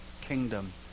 kingdom